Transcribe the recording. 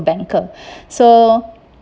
banker so